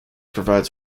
provides